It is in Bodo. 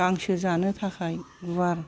गांसो जानो थाखाय गुवार